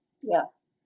Yes